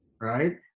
right